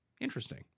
interesting